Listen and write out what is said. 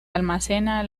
almacenan